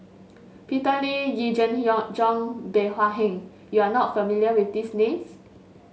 Peter Lee Yee Jenn Jong and Bey Hua Heng you are not familiar with these names